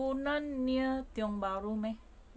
funan near tiong bahru meh